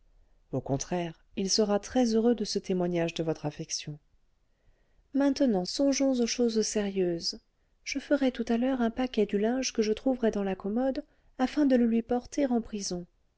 au contraire il sera très-heureux de ce témoignage de votre affection maintenant songeons aux choses sérieuses je ferai tout à l'heure un paquet du linge que je trouverai dans la commode afin de le lui porter